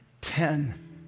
ten